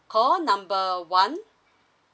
call number one